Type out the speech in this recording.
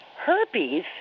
Herpes